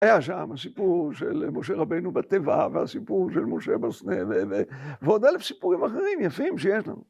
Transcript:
היה שם הסיפור של משה רבינו בתיבה, והסיפור של משה בסנה, ועוד אלף סיפורים אחרים יפים שיש לנו.